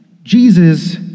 Jesus